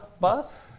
bus